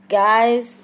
guys